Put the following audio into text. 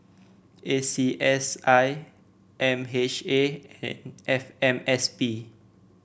A C S I M H A and F M S P